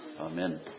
Amen